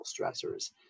stressors